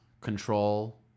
control